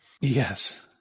Yes